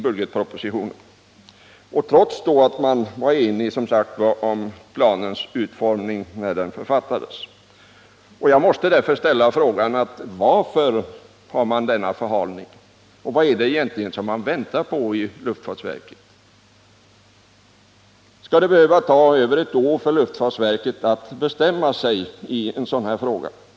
Ändå var man enig om planens utformning då den författades. Jag måste därför ställa frågorna: Varför bedriver man denna förhalning? Vad är det egentligen man väntar på inom luftfartsverket? Skall det behöva ta över ett år för luftfartsverket att bestämma sig i en sådan här fråga?